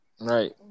Right